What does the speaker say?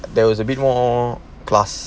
there was a bit more class